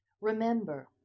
Remember